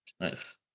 Nice